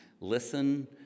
listen